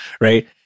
right